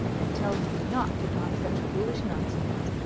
and tell you not to talk such foolish nonsense.